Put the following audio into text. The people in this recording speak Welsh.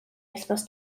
wythnos